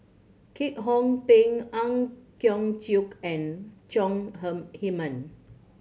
Kwek Hong Png Ang Hiong Chiok and Chong Heman